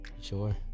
Sure